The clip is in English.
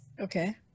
Okay